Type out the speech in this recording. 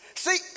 See